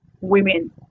women